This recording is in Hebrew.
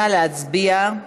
נא להצביע.